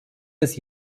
des